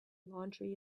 laundry